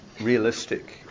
realistic